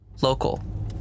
Local